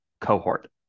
cohort